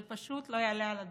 זה פשוט לא יעלה על הדעת.